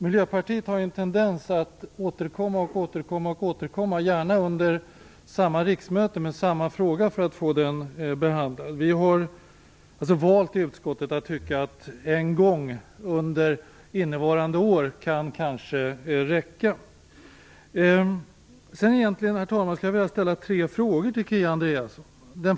Miljöpartiet har en tendens att återkomma med samma fråga flera gånger under ett riksmöte. Vi har i utskottet valt att anse att en gång under samma år kanske kan räcka. Herr talman! Jag skulle vilja ställa tre frågor till Kia Andreasson.